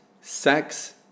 sex